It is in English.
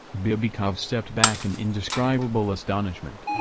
bibikov stepped back in indescribable astonishment.